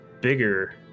bigger